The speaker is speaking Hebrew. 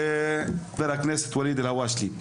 (היו"ר יוסף עטאונה) אנחנו